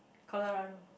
Colorado